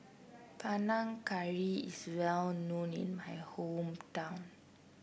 Panang Curry is well known in my hometown